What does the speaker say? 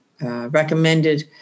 recommended